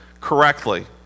correctly